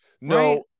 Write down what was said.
No